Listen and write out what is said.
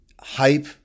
hype